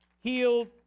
healed